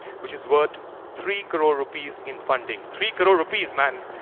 which is worth three crore rupees in funding. three crore rupees, man.